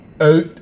out